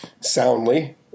Soundly